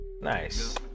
Nice